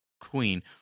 Queen